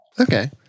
Okay